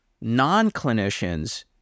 non-clinicians